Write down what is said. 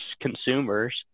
consumers